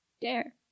Dare